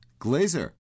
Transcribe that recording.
Glazer